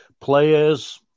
players